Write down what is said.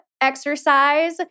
exercise